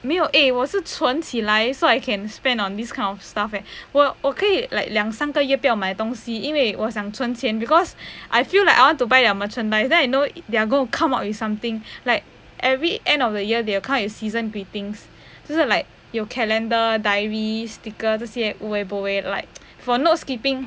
没有诶我是存起来 so I can spend on these kind of stuff eh 我我可以 like 两三个月不要买东西因为我想存钱 because I feel like I want to buy their merchandise then I know they're going to come up with something like every end of the year they will come up with season greetings 就是 like 有 calendar diaries sticker 这些 like for notes keeping